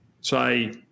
say